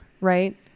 right